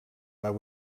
but